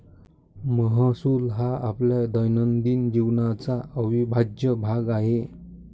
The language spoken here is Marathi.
महसूल हा आपल्या दैनंदिन जीवनाचा अविभाज्य भाग आहे